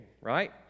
right